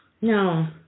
No